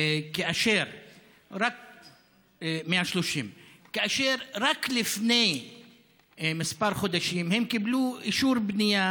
130. רק לפני כמה חודשים הם קיבלו אישור בנייה